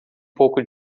pouco